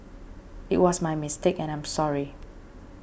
it was my mistake and I'm sorry